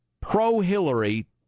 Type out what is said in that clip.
pro-Hillary